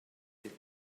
ddydd